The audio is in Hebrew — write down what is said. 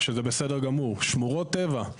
לכן כשיש נחל ושמו שלט אחד, שמו כל חצי ק"מ